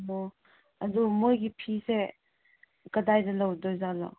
ꯑꯣ ꯑꯗꯨ ꯃꯣꯏꯒꯤ ꯐꯤꯁꯦ ꯀꯗꯥꯏꯗ ꯂꯧꯗꯣꯏꯖꯥꯠꯅꯣ